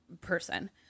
person